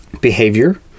behavior